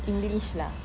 english lah